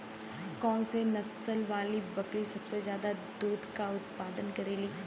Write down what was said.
कौन से नसल वाली बकरी सबसे ज्यादा दूध क उतपादन करेली?